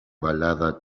balada